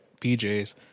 PJs